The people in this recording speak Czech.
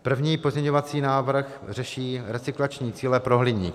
První pozměňovací návrh řeší recyklační cíle pro hliník.